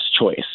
choice